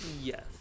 Yes